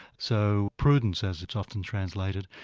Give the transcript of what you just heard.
so prudence, as it's often translated,